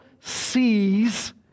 sees